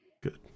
Good